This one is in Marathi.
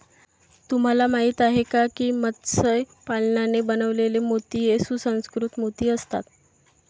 तुम्हाला माहिती आहे का की मत्स्य पालनाने बनवलेले मोती हे सुसंस्कृत मोती असतात